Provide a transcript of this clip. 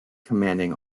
commanding